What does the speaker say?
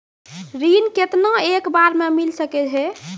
ऋण केतना एक बार मैं मिल सके हेय?